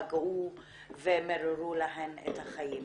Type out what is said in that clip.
פגעו ומיררו להן את החיים.